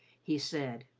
he said,